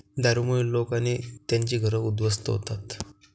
दारूमुळे लोक आणि त्यांची घरं उद्ध्वस्त होतात